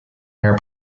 air